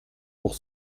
pour